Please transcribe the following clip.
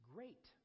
Great